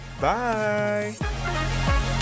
Bye